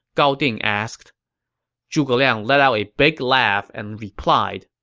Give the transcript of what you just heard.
gao ding asked zhuge liang let out a big laugh and replied,